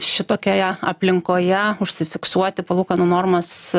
šitokioje aplinkoje užsifiksuoti palūkanų normas